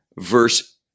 Verse